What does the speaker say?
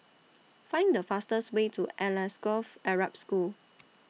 Find The fastest Way to Alsagoff Arab School